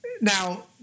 Now